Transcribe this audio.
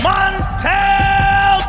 Montel